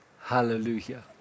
Hallelujah